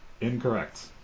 Incorrect